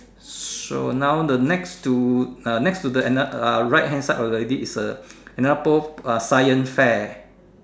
so now the next to uh next to the another uh right hand side of the lady is a another pole uh science fair